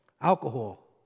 alcohol